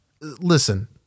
Listen